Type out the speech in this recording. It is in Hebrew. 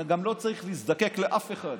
אני גם לא צריך להזדקק לאף אחד,